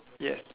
yes